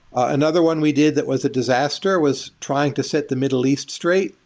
another one we did that was a disaster was trying to set the middle east straight.